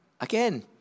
Again